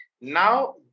Now